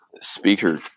speaker